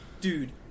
Dude